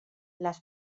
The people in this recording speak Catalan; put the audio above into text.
les